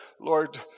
Lord